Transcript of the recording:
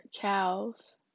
cows